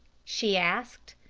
she asked.